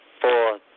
four